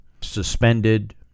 suspended